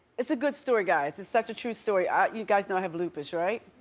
it's a good story guys. it's such a true story. ah you guys know i have lupus right?